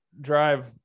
drive